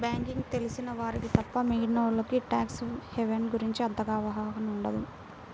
banking తెలిసిన వారికి తప్ప మిగిలినోల్లకి ట్యాక్స్ హెవెన్ గురించి అంతగా అవగాహన ఉండదు